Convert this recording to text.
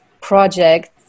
project